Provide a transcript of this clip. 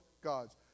God's